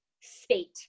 state